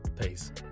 peace